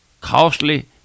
costly